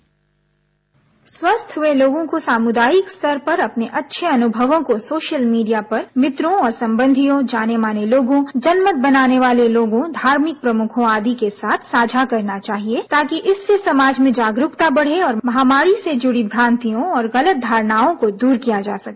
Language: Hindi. साउंड बाईट स्वस्थ हुए लोगों को सामुदायिक स्तर पर अपने अच्छे अनुभवों को सोशल मीडिया पर मित्रों और संबंधियों जाने माने लोगों जनमत बनाने वाले लोगों धार्मिक प्रमुखों आदि के साथ साझा करना चाहिए ताकि इससे समाज में जागरूकता बढ़े और महामारी से जुड़ी भ्रांतियों और गलत धारणाओं को दूर किया जा सके